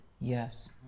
Yes